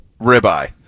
ribeye